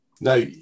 Now